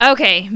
Okay